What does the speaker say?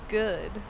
good